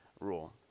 rule